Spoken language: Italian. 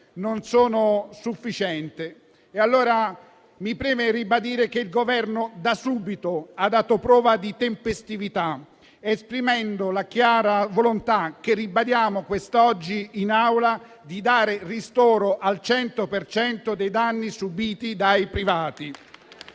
non sono sufficienti. E allora mi preme ribadire che il Governo da subito ha dato prova di tempestività, esprimendo la chiara volontà, che ribadiamo quest'oggi in Aula, di dare ristoro al 100 per cento dei danni subiti dai privati.